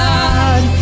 God